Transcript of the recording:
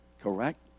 Correct